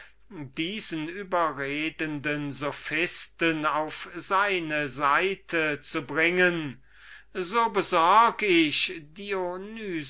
diesen überredenden sophisten auf seine seite zu bringen so besorg ich